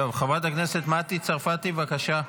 חברת הכנסת מטי צרפתי, בבקשה.